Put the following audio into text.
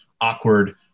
awkward